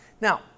Now